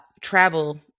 travel